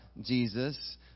Jesus